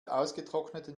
ausgetrockneten